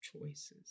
choices